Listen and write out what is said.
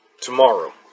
tomorrow